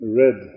red